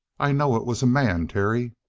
i know it was a man, terry.